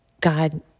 God